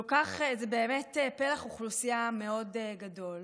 זה באמת פלח אוכלוסייה מאוד גדול,